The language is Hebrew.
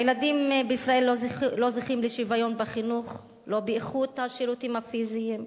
הילדים בישראל לא זוכים לשוויון בחינוך: לא באיכות השירותים הפיזיים,